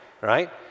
right